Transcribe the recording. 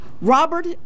Robert